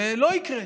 ולא יקרה.